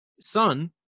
Son